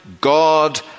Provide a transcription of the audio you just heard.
God